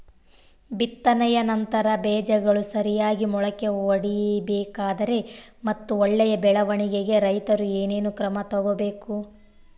ಬಿತ್ತನೆಯ ನಂತರ ಬೇಜಗಳು ಸರಿಯಾಗಿ ಮೊಳಕೆ ಒಡಿಬೇಕಾದರೆ ಮತ್ತು ಒಳ್ಳೆಯ ಬೆಳವಣಿಗೆಗೆ ರೈತರು ಏನೇನು ಕ್ರಮ ತಗೋಬೇಕು?